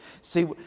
See